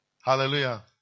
Hallelujah